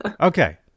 Okay